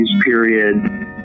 period